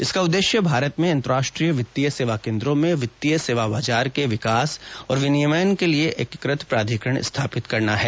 इसका उद्देश्य भारत में अंतरराष्ट्रीय वित्तीय सेवा केन्द्रों में वित्तीय सेवा बाजार के विकास और विनियमन के लिए एकीकृत प्राधिकरण स्थापित करना है